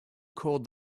called